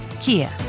Kia